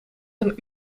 een